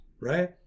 right